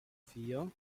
vier